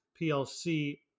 PLC